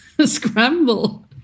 scramble